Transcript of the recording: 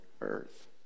earth